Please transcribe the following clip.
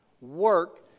work